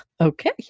okay